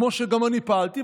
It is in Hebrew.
כמו שגם אני פעלתי,